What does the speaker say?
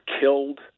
killed